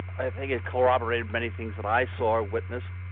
i think it corroborated many things that i saw, witnessed.